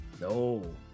no